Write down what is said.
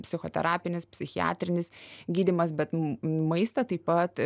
psichoterapinis psichiatrinis gydymas bet maistą taip pat